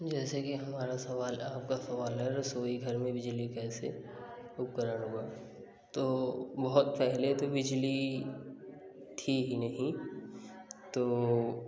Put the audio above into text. जैसे कि हमारा सवाल आपका सवाल है रसोई घर में बिजली कैसे उपकरण हुआ तो बहुत पहले तो बिजली थी ही नहीं तो